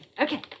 Okay